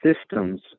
systems